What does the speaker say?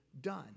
done